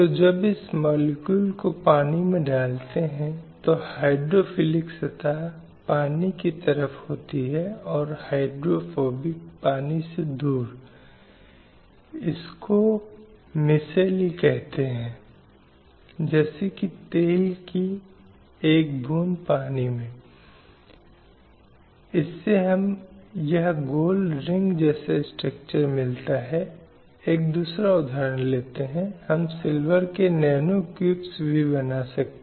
पुरुषों और महिलाओं की समानता को बनाए रखा गया था और किसी भी तरह की मौजूदा भेदभावपूर्ण प्रथाओं को दूर किया जाता है और उस प्रभाव के लिए कानूनों की बहुत महत्वपूर्ण भूमिका होती है और कानूनों को यह सुनिश्चित करना चाहिए कि पुरुषों और महिलाओं के बीच इस तरह की समानता एक वास्तविकता होनी चाहिए